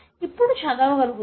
ఇప్పుడు చదవగలుగుతారు